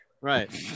Right